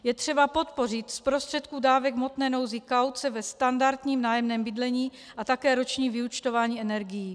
Je třeba podpořit z prostředků dávek v hmotné nouzi kauce ve standardním nájemném bydlení a také roční vyúčtování energií.